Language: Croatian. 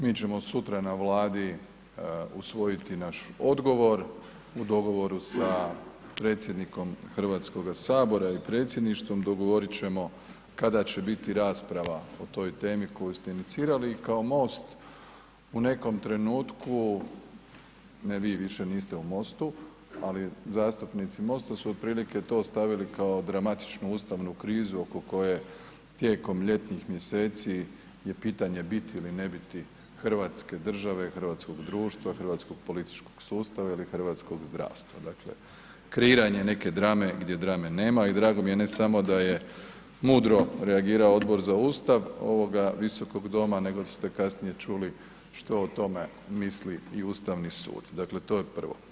Mi ćemo sutra na Vladi usvojiti naš odgovor u dogovoru sa predsjednikom HS ili predsjedništvom dogovorit ćemo kada će biti rasprava o toj temi koju ste inicirali i kao Most u nekom trenutku, ne vi, više niste u Mostu, ali zastupnici Mosta su otprilike to stavili kao dramatičnu ustavnu krizu oko koje tijekom ljetnih mjeseci je pitanje biti ili ne biti hrvatske države, hrvatskog društva, hrvatskog političkog sustava ili hrvatskog zdravstva, dakle kreiranje neke drame gdje drame nema i drago mi je ne samo da je mudro reagirao Odbor za Ustav ovoga visokog doma, nego ste kasnije čuli što o tome misli i Ustavni sud, dakle to je prvo.